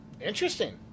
interesting